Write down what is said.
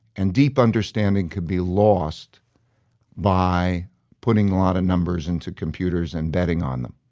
and deep understanding can be lost by putting a lot of numbers into computers and betting on them